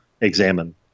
examine